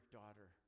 daughter